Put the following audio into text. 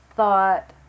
thought